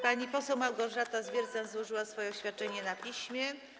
Pani poseł Małgorzata Zwiercan złożyła swoje oświadczenie na piśmie.